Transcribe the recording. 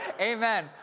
amen